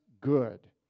good